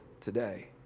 today